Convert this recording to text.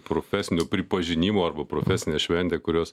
profesinio pripažinimo arba profesinė šventė kurios